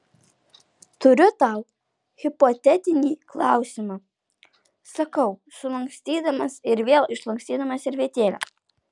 turiu tau hipotetinį klausimą sakau sulankstydamas ir vėl išlankstydamas servetėlę